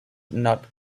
knot